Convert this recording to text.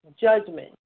judgment